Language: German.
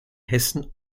hessen